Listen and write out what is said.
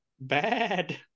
Bad